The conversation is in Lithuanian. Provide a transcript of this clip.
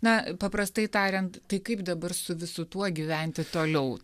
na paprastai tariant tai kaip dabar su visu tuo gyventi toliau tą su